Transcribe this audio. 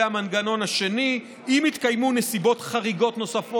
המנגנון השני: אם יתקיימו נסיבות חריגות נוספות,